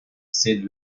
said